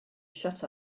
shut